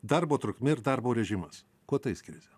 darbo trukmė ir darbo režimas kuo tai skiriasi